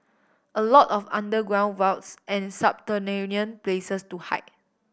a lot of underground vaults and subterranean places to hide